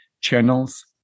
Channels